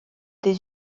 des